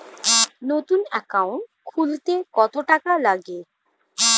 নতুন একাউন্ট খুলতে কত টাকা লাগে?